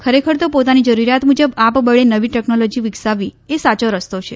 ખરેખર તો પોતાની જરૂરિયાત મુજબ આપબળે નવી ટેકનોલોજી વિકસાવી એ સાચો રસ્તો છે